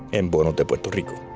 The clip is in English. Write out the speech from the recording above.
en bonos de puerto rico,